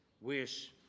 wish